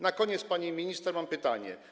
Na koniec, pani minister, mam pytanie.